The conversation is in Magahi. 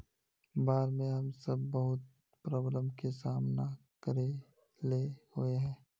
बाढ में हम सब बहुत प्रॉब्लम के सामना करे ले होय है?